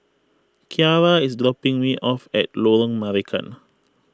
Kiarra is dropping me off at Lorong Marican